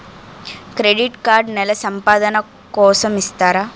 Credit card నెల సంపాదన కోసం ఇస్తారా?